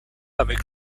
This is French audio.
avec